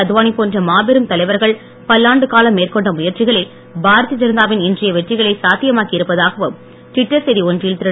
அத்வானி போன்ற மாபெரும் தலைவர்கள் பல்லாண்டு காலம் மேற்கொண்ட முயற்சிகளே பாரதிய ஜனதா வின் இன்றைய வெற்றிகளை சாத்தியமாக்கி இருப்பதாக டிவிட்டர் செய்தி ஒன்றில் திரு